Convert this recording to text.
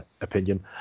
opinion